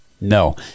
no